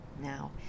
Now